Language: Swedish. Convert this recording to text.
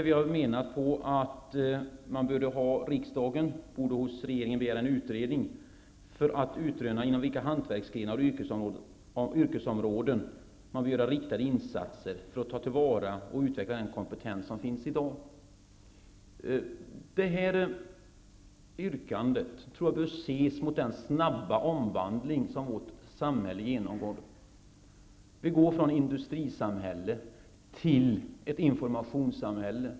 Vi menar att riksdagen borde hos regeringen begära en utredning för att utröna inom vilka hantverksgrenar och yrkesområden man behöver göra riktade insatser för att ta till vara och utveckla den kompetens som finns i dag. Vårt yrkande bör ses mot bakgrund av den snabba omvandling som vårt samhälle genomgår. Vi går från ett industrisamhälle till ett informationssamhälle.